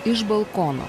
iš balkono